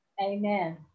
Amen